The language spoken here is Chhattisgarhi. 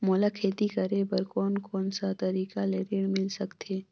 मोला खेती करे बर कोन कोन सा तरीका ले ऋण मिल सकथे?